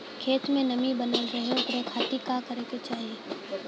खेत में नमी बनल रहे ओकरे खाती का करे के चाही?